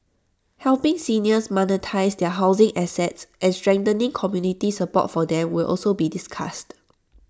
helping seniors monetise their housing assets and strengthening community support for them will also be discussed